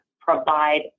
provide